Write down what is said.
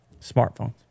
Smartphones